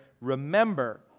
Remember